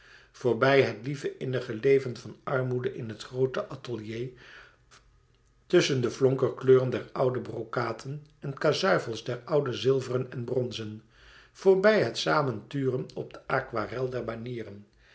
voorbij het lieve innige leven van armoede in het groote atelier tusschen de flonkerkleuren der oude brokaten en kazuifels der oude zilveren en bronzen voorbij het samen turen op de aquarel der banieren